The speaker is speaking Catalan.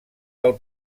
del